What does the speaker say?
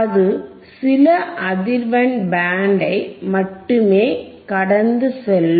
அது சில அதிர்வெண் பேண்டை மட்டுமே கடந்து செல்லும்